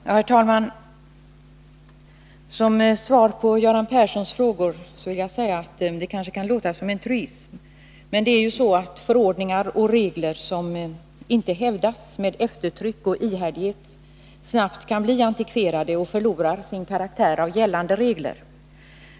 Herr talman! Som svar på Göran Perssons frågor vill jag säga — det kanske kan låta som en truism — att det ju är så att förordningar och regler som inte hävdas med eftertryck och ihärdighet knappast kan bli antikverade, eftersom de förlorar sin karaktär av gällande regler.